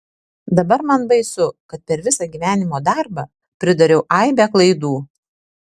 dabar man baisu kad per visą gyvenimo darbą pridariau aibę klaidų